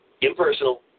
Impersonal